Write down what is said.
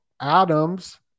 Adams